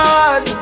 God